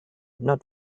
not